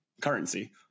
currency